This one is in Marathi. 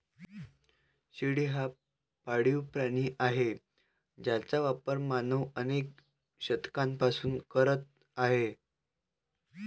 शेळी हा पाळीव प्राणी आहे ज्याचा वापर मानव अनेक शतकांपासून करत आहे